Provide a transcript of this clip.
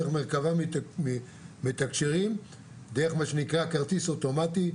במרכב"ה מתקשרים דרך כרטיס אוטומטי,